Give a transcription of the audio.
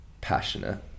passionate